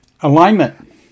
alignment